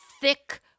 thick